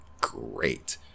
great